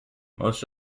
most